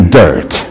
dirt